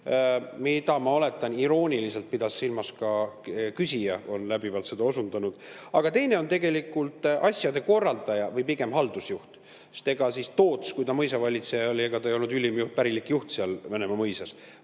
mida, ma oletan, irooniliselt pidas silmas ka küsija, kes on läbivalt seda osundanud. Aga teine on tegelikult asjade korraldaja või pigem haldusjuht. Ega Toots, kui ta mõisavalitseja oli, ei olnud ülim juht ega pärilik juht seal Venemaa mõisas.